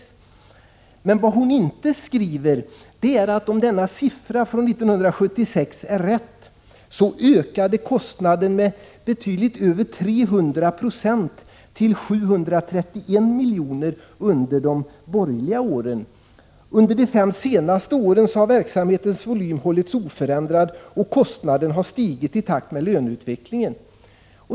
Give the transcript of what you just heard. Vad Ylva Annerstedt inte skriver är att om detta belopp från 1976 är rätt, ökade kostnaden med över 300 9ö till 731 miljoner under de borgerliga åren. Under de fem senaste åren har verksamhetens volym hållits oförändrad och kostnaden stigit i takt med löneutvecklingen.